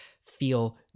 feel